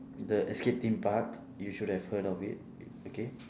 the escape theme park you should have heard of it okay